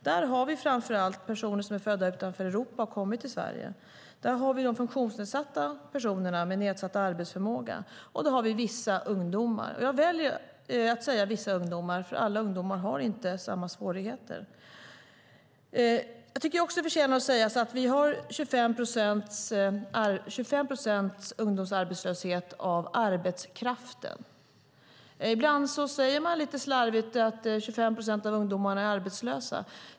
Där har vi framför allt personer som är födda utanför Europa och som har kommit till Sverige, där har vi funktionsnedsatta personer med nedsatt arbetsförmåga och där har vi vissa ungdomar. Jag väljer att säga vissa ungdomar, för alla ungdomar har inte samma svårigheter. Jag tycker att det också förtjänar att sägas att vi har 25 procents ungdomsarbetslöshet av arbetskraften. Ibland säger man lite slarvigt att 25 procent av ungdomarna är arbetslösa.